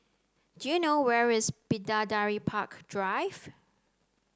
do you know where is Bidadari Park Drive